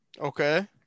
Okay